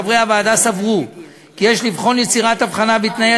חברי הוועדה סברו כי יש לבחון יצירת הבחנה בתנאי